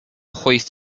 hoist